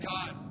God